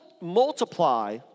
multiply